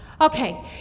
Okay